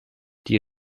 die